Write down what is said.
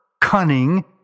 cunning